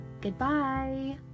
Goodbye